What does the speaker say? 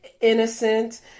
innocent